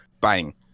bang